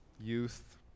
youth